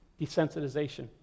desensitization